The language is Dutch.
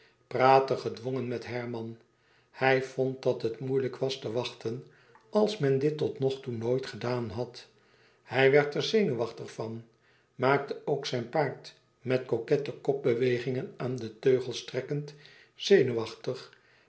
praatte gedwongen met herman hij vond dat het moeilijk was te wachten als men dit totnogtoe nooit gedaan had hij werd er zenuwachtig van maakte ook zijn paard met coquette kopbeweging aan de teugels trekkend zenuwachtig